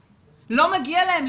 לא מגיע להם בית ספר?